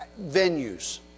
venues